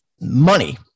money